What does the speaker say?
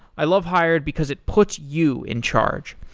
i love hired because it puts you in charge.